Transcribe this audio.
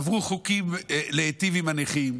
עברו חוקים להיטיב עם הנכים,